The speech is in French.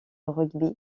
rugby